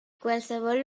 qualsevol